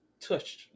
touched